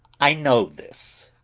i know this.